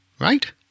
right